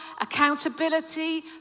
accountability